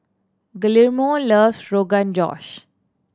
Guillermo loves Rogan Josh